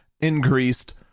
increased